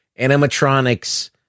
animatronics